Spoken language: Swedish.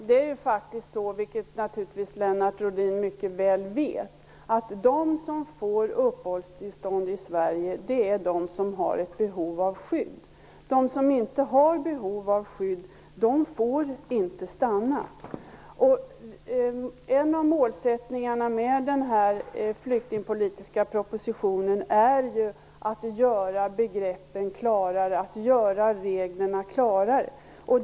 Herr talman! Lennart Rohdin vet mycket väl att de som får uppehållstillstånd i Sverige är de som har ett behov av skydd. De som inte har behov av skydd får inte stanna. En av målsättningarna med den flyktingpolitiska propositionen är att göra begreppen och reglerna klarare.